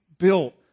built